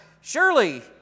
surely